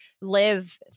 live